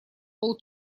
пол